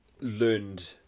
learned